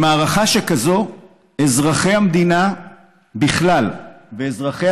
במערכה שכזו אזרחי המדינה בכלל ואזרחי